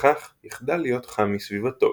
וכך יחדל להיות חם מסביבתו,